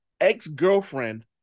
ex-girlfriend